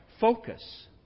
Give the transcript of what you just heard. focus